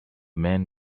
men